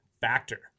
Factor